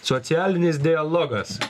socialinis dialogas